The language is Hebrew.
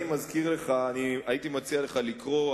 אני מזכיר לך והייתי מציע לך לקרוא.